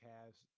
Cavs